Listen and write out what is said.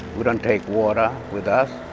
we don't take water with us.